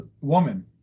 woman